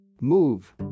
Move